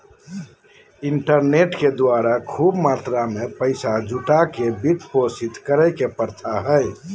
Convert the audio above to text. internet के द्वारा खूब मात्रा में पैसा जुटा के वित्त पोषित करे के प्रथा हइ